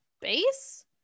base